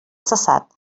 cessat